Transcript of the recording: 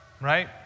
right